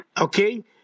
Okay